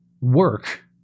work